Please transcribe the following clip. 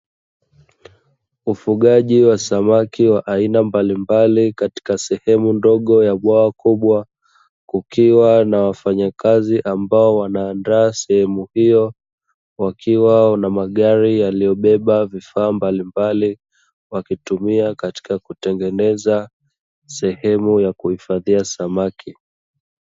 Ufugaji wa samaki wa aina mbalimbali katika sehemu ndogo ya bwawa kubwa, kukiwa na wafanyakazi ambao wanaandaa sehemu hiyo wakiwa na magari yaliyobeba vifaa mbalimbali, wakitumia katika kutengeneza sehemu ya kuhifadhia samaki.